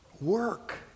work